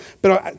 Pero